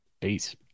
Peace